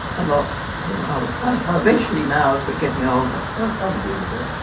a lot i would say especially now as we're getting older. i would agree with that.